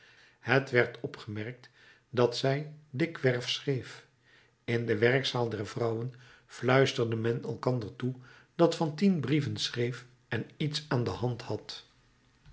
het werd opgemerkt dat zij dikwerf schreef in de werkzaal der vrouwen fluisterde men elkander toe dat fantine brieven schreef en iets aan de hand had